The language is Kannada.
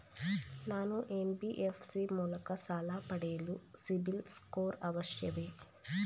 ನಾನು ಎನ್.ಬಿ.ಎಫ್.ಸಿ ಮೂಲಕ ಸಾಲ ಪಡೆಯಲು ಸಿಬಿಲ್ ಸ್ಕೋರ್ ಅವಶ್ಯವೇ?